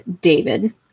David